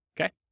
Okay